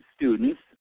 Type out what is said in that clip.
Students